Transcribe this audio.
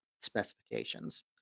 specifications